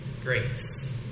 Grace